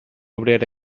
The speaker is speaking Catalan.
obrera